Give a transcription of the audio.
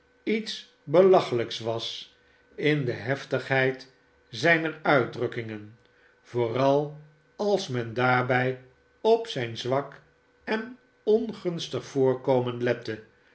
iets belachelijks was in de heftigheid zijner uitdrukkingen vooral als men daarbij op zijn zwak en ongunstig voorkomen lette